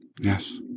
Yes